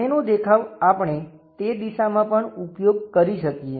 સામેનો દેખાવ આપણે તે દિશામાં પણ ઉપયોગ કરી શકીએ